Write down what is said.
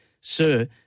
Sir